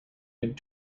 good